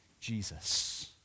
Jesus